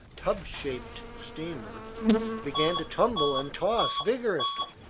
tub-shaped steamer began to tumble and toss vigorously,